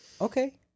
okay